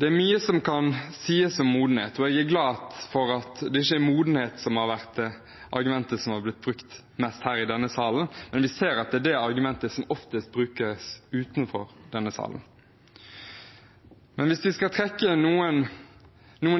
Det er mye som kan sies om modenhet, og jeg er glad for at det ikke er modenhet som har vært det argumentet som har vært brukt mest her i denne salen, men vi ser at det er det argumentet som oftest brukes utenfor denne salen. Hvis vi skal trekke noen